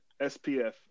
SPF